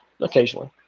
occasionally